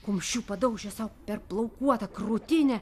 kumščiu padaužė sau per plaukuotą krūtinę